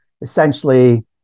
essentially